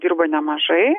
dirba nemažai